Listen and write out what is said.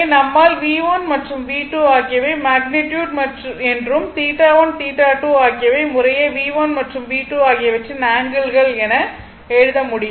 எனவே நம்மால் V1 மற்றும் V2 ஆகியவை மேக்னிட்யுட் என்றும் θ1 θ2 ஆகியவை முறையே V1 மற்றும் V2 ஆகியவற்றின் ஆங்கிள்கள் என எழுத முடியும்